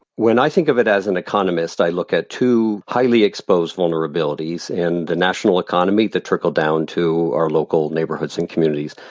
when i think of it as an economist, i look at two highly exposed vulnerabilities in the national economy that trickle down to our local neighborhoods and communities.